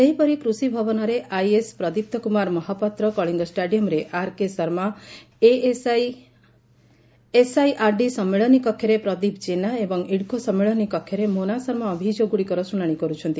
ସେହିପରି କୃଷିଭବନରେ ଆଇଏଏସ ପ୍ରଦୀପ୍ତ କୁମାର ମହାପାତ୍ର କଳିଙ୍ ଷ୍ଟାଡିୟମରେ ଆରକେ ଶର୍ମା ଏସଆଇଆରଡି ସମ୍ମିଳନୀ କକ୍ଷରେ ପ୍ରଦୀପ ଜେନା ଏବଂ ଇଡକୋ ସମ୍ମିଳନୀ କକ୍ଷରେ ମୋନା ଶର୍ମା ଅଭିଯୋଗ ଗୁଡିକର ଶୁଶାଶି କରୁଛନ୍ତି